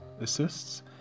assists